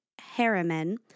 Harriman